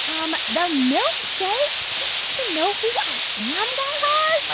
um the milkshake. do you even know who i am, guy raz?